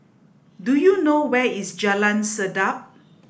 do you know where is Jalan Sedap